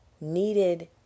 needed